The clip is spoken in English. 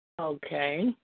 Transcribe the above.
Okay